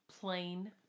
plain